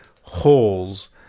holes